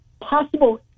possible